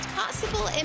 possible